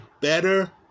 better